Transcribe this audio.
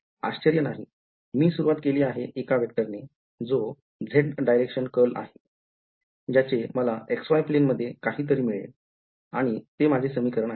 आश्चर्य नाही मी सुरवात केली आहे एका वेक्टर ने जो z direction curl आहे ज्याचे मला xy plane मध्ये काही तरी मिळेल आणि ते माझे समीकरण आहे